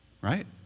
right